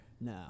No